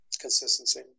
consistency